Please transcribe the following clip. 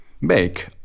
make